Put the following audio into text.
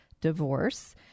divorce